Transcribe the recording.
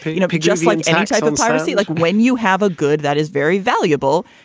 you know, he just let me take them seriously. like when you have a good that is very valuable,